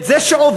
את זה שעובד,